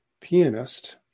pianist